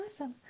awesome